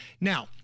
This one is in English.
Now